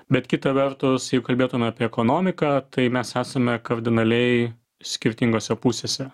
bet kita vertus jeigu kalbėtume apie ekonomiką tai mes esame kardinaliai skirtingose pusėse